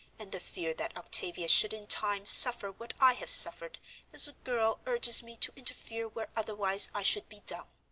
and the fear that octavia should in time suffer what i have suffered as a girl urges me to interfere where otherwise i should be dumb.